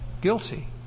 guilty